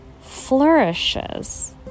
flourishes